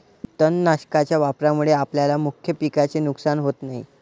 तणनाशकाच्या वापरामुळे आपल्या मुख्य पिकाचे नुकसान होत नाही